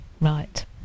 right